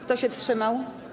Kto się wstrzymał?